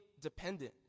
dependent